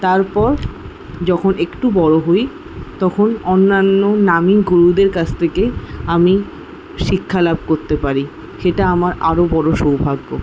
তারপর যখন একটু বড় হই তখন অন্যান্য নামী গুরুদের কাছ থেকে আমি শিক্ষালাভ করতে পারি সেটা আমার আরও বড়ো সৌভাগ্য